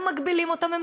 אבל למה מגבילים אותם?